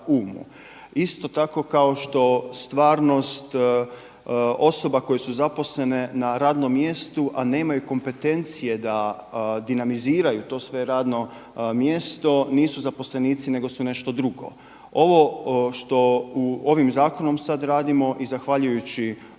Isto tako kao što stvarnost osoba koje su zaposlene na radnom mjestu a nemaju kompetencije da dinamiziraju to svoje radno mjesto nisu zaposlenici nego su nešto drugo. Ovo što ovim zakonom sad radimo i zahvaljujući